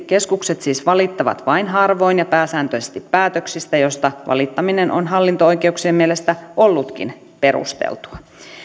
keskukset siis valittavat vain harvoin ja pääsääntöisesti päätöksistä joista valittaminen on hallinto oikeuksien mielestä ollutkin perusteltua